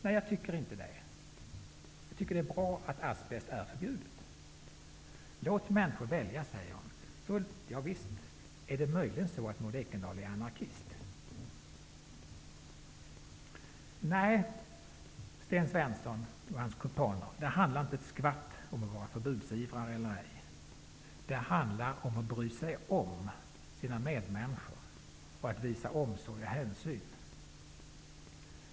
Nej, det tycker jag inte. Det är bra att asbest är förbjudet. Låt människor välja, säger Maud Ekendahl. Ja visst. Är det möjligen så, att Maud Nej, Sten Svensson och hans kumpaner, det handlar inte ett skvatt om att vara förbudsivrare eller ej. Det handlar om att bry sig om sina medmänniskor och om att visa omsorg och hänsyn.